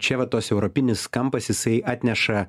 čia va tos europinis kampas jisai atneša